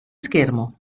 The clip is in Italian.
schermo